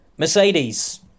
Mercedes